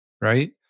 right